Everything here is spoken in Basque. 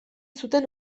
zuten